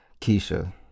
Keisha